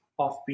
offbeat